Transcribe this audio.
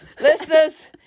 listeners